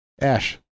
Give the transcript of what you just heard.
ash